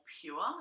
pure